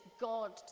God